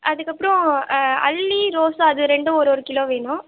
அதுக்கப்புறம் அல்லி ரோஸு அது ரெண்டும் ஒரு ஒரு கிலோ வேணும்